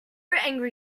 angry